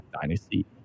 dynasty